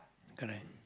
correct